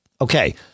Okay